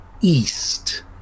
east